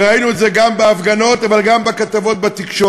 וראינו את זה גם בהפגנות, אבל גם בכתבות בתקשורת.